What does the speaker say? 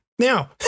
Now